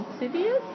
Insidious